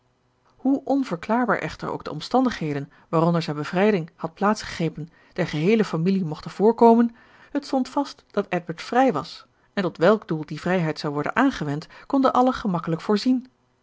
hoe onverklaarbaar echter ook de omstandigheden waaronder zijn bevrijding had plaatsgegrepen der geheele familie mochten voorkomen het stond vast dat edward vrij was en tot welk doel die vrijheid zou worden aangewend konden allen gemakkelijk voorzien